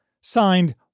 signed